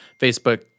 Facebook